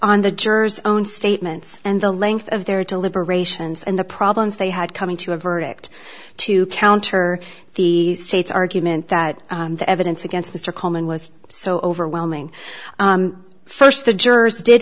on the jurors own statements and the length of their deliberations and the problems they had coming to a verdict to counter the state's argument that the evidence against mr coleman was so overwhelming first the jurors did